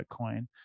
Bitcoin